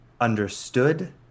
understood